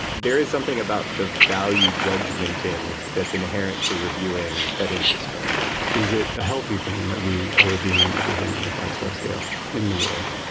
there is something about the value-judgementing that's inherent to reviewing that interests me is it a healthy thing that we are reviewing everything on a five-star scale in the world?